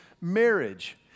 marriage